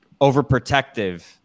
overprotective